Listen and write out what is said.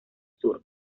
sur